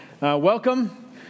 Welcome